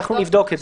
אנחנו נבדוק את זה.